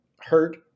hurt